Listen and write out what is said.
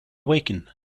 awaken